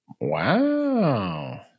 wow